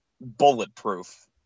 bulletproof